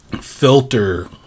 filter